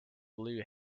blue